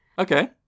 Okay